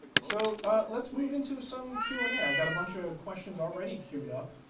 so ah let's move into some q and a. i've got a bunch of question already queued up.